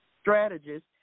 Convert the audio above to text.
strategist